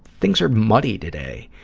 things are muddy today.